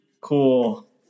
cool